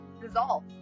Dissolve